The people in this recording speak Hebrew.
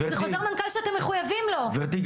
זה חוזר מנכ"ל שאתם מחויבים לו גברתי,